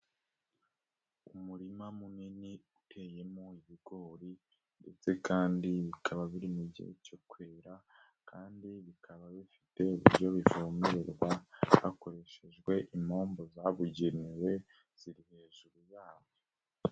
Umurima munini uteyemo ibigori ndetse kandi bikaba biri mu gihe cyo kwera kandi bikaba bifite uburyo bivomererwa hakoreshejwe impombo zabugenewe ziri hejuru yawo.